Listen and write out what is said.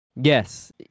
Yes